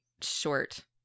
short